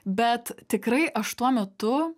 bet tikrai aš tuo metu